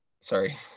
sorry